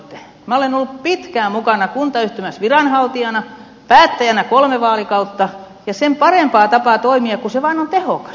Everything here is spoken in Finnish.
minä olen ollut pitkään mukana kuntayhtymässä viranhaltijana päättäjänä kolme vaalikautta ja sen parempaa tapaa toimia ei ole kun se vaan on tehokas